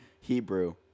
Hebrew